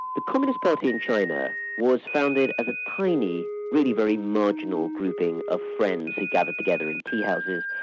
the communist party in china was founded as a tiny, really very marginal grouping of friends who gathered together in teahouses,